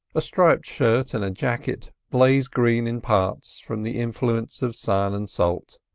a striped shirt, and a jacket baize green in parts from the influence of sun and salt.